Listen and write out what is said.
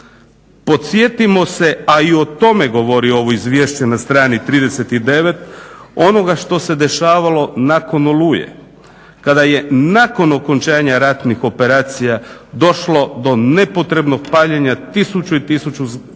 Podsjetimo se a i o tome govori ovo izvješće na strani 39 onoga što se dešavalo nakon oluje kada je nakon okončanja ratnih operacija došlo do nepotrebnog paljenja tisuće i tisuće zgrada.